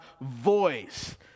voice